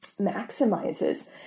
maximizes